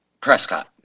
Prescott